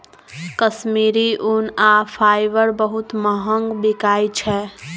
कश्मीरी ऊन आ फाईबर बहुत महग बिकाई छै